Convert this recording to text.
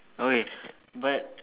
okay but